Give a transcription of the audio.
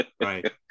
Right